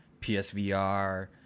PSVR